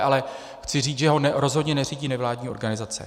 Ale chci říct, že ho rozhodně neřídí nevládní organizace.